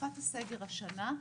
בתקופת הסגר השנה,